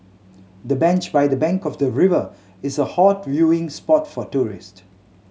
the bench by the bank of the river is a hot viewing spot for tourist